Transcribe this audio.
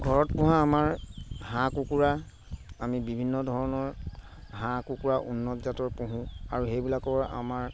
ঘৰত পোহা আমাৰ হাঁহ কুকুৰা আমি বিভিন্ন ধৰণৰ হাঁহ কুকুৰা উন্নত জাতৰ পোহো আৰু সেইবিলাকৰ আমাৰ